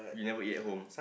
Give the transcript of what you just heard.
you never eat at home